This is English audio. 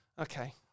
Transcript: Okay